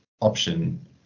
option